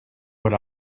what